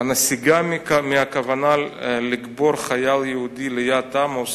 "הנסיגה מהכוונה לקבור חייל יהודי ליד עמוס